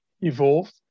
evolved